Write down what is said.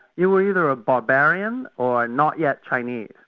you were either a barbarian or a not yet chinese.